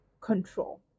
control